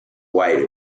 white